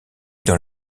dans